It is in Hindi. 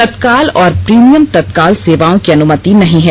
तत्काल और प्रीमियम तत्काल सेवाओं की अनुमति नहीं है